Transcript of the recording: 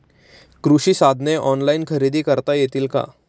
कृषी साधने ऑनलाइन खरेदी करता येतील का?